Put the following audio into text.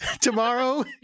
Tomorrow